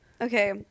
Okay